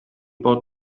bod